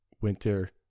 winter